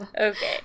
okay